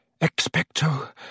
expecto